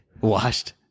Washed